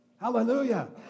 Hallelujah